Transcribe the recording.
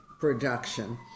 production